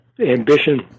ambition